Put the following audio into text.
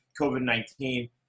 COVID-19